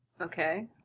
Okay